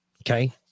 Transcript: okay